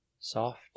soft